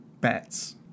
bats